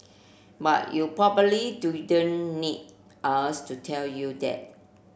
but you probably don't need us to tell you that